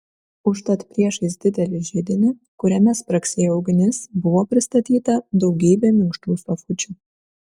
užtat priešais didelį židinį kuriame spragsėjo ugnis buvo pristatyta daugybė minkštų sofučių